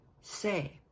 say